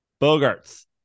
Bogarts